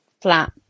flat